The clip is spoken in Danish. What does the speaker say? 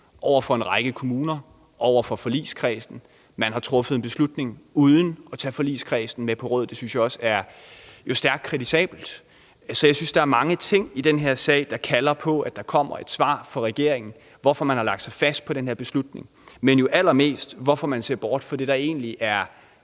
over for en række kommuner og over for forligskredsen. Man har truffet en beslutning uden at tage forligskredsen med på råd, og det synes jeg jo også er stærkt kritisabelt. Så jeg synes, der er mange ting i den her sag, der kalder på, at der kommer et svar fra regeringen på, hvorfor man har lagt sig fast på den her beslutning, men jo allermest hvorfor man ser bort fra det, der egentlig er